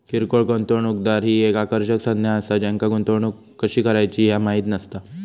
किरकोळ गुंतवणूकदार ही एक आकर्षक संज्ञा असा ज्यांका गुंतवणूक कशी करायची ह्या माहित नसता